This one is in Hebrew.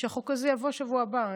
שהחוק הזה יבוא בשבוע הבא.